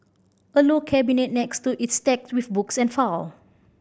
a low cabinet next to it's stacked with books and file